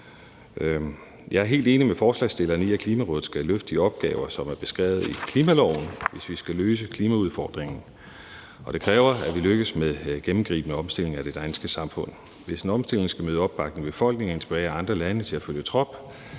Jeg er helt enig med forslagsstillerne i, at Klimarådet skal løfte de opgaver, som er beskrevet i klimaloven, hvis vi skal løse klimaudfordringen. Og det kræver, at vi lykkes med en gennemgribende omstilling af det danske samfund. Hvis en omstilling skal nyde opbakning i befolkningen og inspirere andre lande til at følge trop,